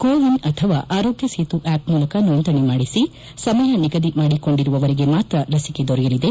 ಕೋ win ಅಥವಾ Aarogya Setu app ಮೂಲಕ ನೋಂದಣಿ ಮಾಡಿಸಿ ಸಮಯ ನಿಗದಿ ಮಾಡಿಕೊಂಡಿರುವವರಿಗೆ ಮಾತ್ರ ಲಸಿಕೆ ದೊರೆಯಲಿದೆ